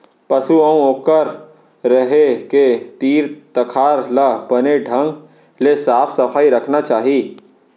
पसु अउ ओकर रहें के तीर तखार ल बने ढंग ले साफ सफई रखना चाही